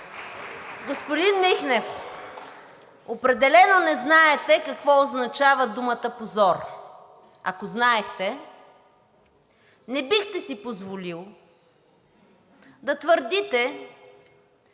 Господин Михнев, определено не знаете какво означава думата позор. Ако знаехте, не бихте си позволил да твърдите,